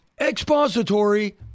expository